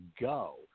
go